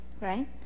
right